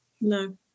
no